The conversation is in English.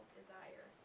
desire